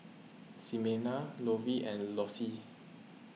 Ximena Lovey and Lossie